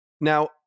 Now